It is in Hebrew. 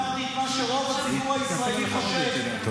אמרתי את מה שרוב הציבור הישראלי חושב -- טוב.